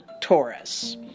Taurus